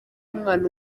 umwana